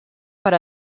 per